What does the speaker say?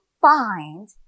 find